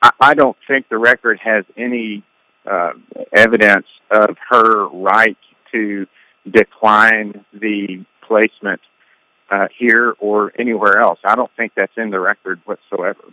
t i don't think the record has any evidence of her right to decline the placement here or anywhere else i don't think that's in the record whatsoever